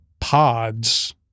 pods